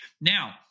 Now